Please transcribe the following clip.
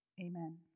amen